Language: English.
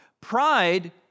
Pride